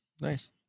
Nice